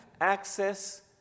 access